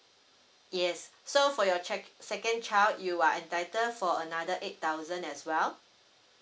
yes so for your check second child you are entitled for another eight thousand as well